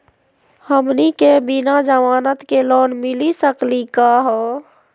हमनी के बिना जमानत के लोन मिली सकली क हो?